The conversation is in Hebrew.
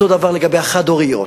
אותו דבר לגבי החד-הוריות,